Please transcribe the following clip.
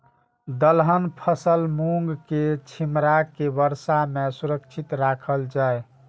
दलहन फसल मूँग के छिमरा के वर्षा में सुरक्षित राखल जाय?